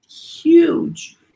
Huge